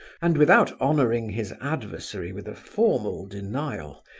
and without honouring his adversary with a formal denial,